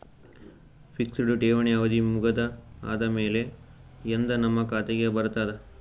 Fixed ಠೇವಣಿ ಅವಧಿ ಮುಗದ ಆದಮೇಲೆ ಎಂದ ನಮ್ಮ ಖಾತೆಗೆ ಬರತದ?